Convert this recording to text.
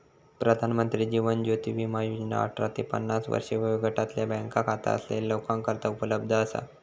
प्रधानमंत्री जीवन ज्योती विमा योजना अठरा ते पन्नास वर्षे वयोगटातल्या बँक खाता असलेल्या लोकांकरता उपलब्ध असा